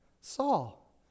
Saul